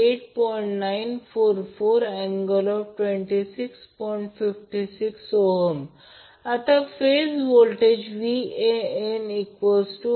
57° आता phase voltage Van100∠10°V